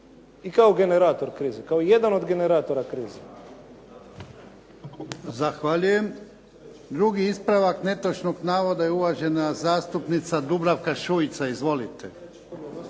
i kao generator krize, kao jedan od generatora krize.